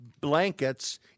blankets